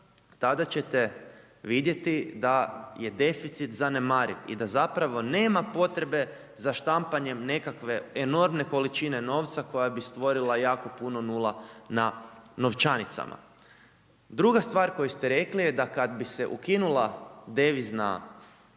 tada ćete vidjeti da je deficit zanemariv i da zapravo nema potrebe za štampanjem nekakve enormne količine novca koja bi stvorila jako puno nula na novčanicama. Druga stvar koju ste rekli je da kad bi se ukinula devizna